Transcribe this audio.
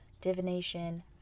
divination